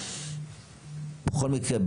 בכל מקרה,